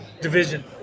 division